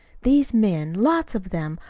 these men, lots of them,